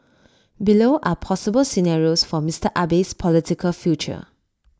below are possible scenarios for Mister Abe's political future